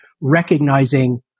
recognizing